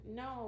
no